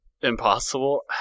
Impossible